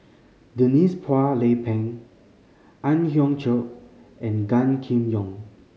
Denise Phua Lay Peng Ang Hiong Chiok and Gan Kim Yong